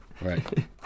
right